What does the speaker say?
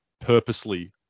purposely